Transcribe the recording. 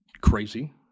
crazy